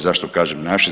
Zašto kažem naše?